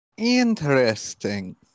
interesting